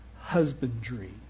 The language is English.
husbandry